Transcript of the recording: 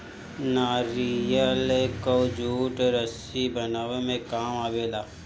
नारियल कअ जूट रस्सी बनावे में काम आवेला